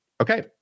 Okay